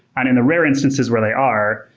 and in the rare instances where they are,